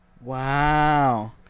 Wow